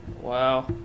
Wow